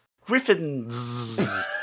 Griffins